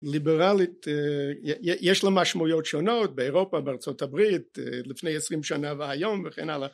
ליברלית יש לה משמעויות שונות באירופה, בארה״ב, לפני עשרים שנה והיום, וכן הלאה.